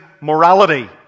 morality